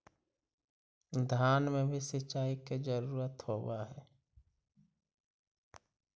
धान मे भी सिंचाई के जरूरत होब्हय?